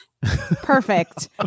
Perfect